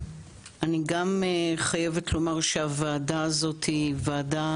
אני גם חייבת לומר שהוועדה הזאת היא ועדה